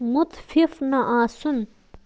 مُتفِف نہٕ آسُن